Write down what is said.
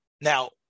Now